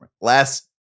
Last